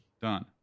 done